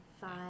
five